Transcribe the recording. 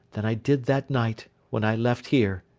than i did that night when i left here